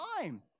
time